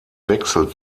wechsel